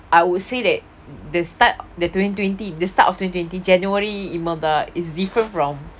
I would say that the start the twenty twenty the start of twenty twenty january imelda is different from